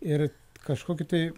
ir kažkokių tai